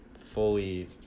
fully